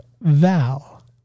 Val